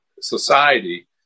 society